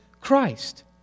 Christ